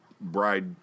bride